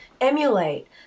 emulate